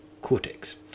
cortex